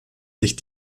sich